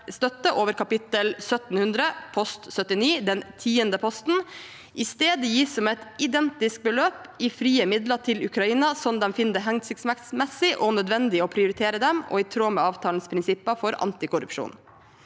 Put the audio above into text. støtte over kapittel 1 700 post 79, den tiende posten, i stedet gis som et identisk beløp i frie midler til Ukraina, slik de finner det hensiktsmessig og nødvendig å prioritere dem, og i tråd med avtalens prinsipper for antikorrupsjon.